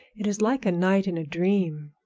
it is like a night in a dream.